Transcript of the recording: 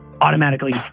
automatically